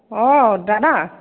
অঁ দাদা